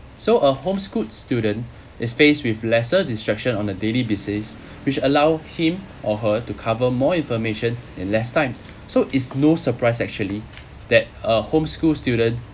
so a home schooled student is faced with lesser distraction on a daily basis which allow him or her to cover more information in less time so it's no surprise actually that a homeschooled student